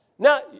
Now